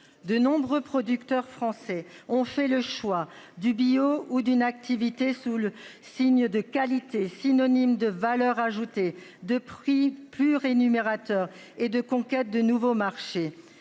De nombreux producteurs français ont fait le choix du bio ou d'une activité sous le signe de qualité synonyme de valeur ajoutée de prix plus rémunérateurs et de conquête de nouveaux marchés.